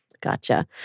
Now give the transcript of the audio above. Gotcha